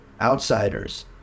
outsiders